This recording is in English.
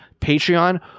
Patreon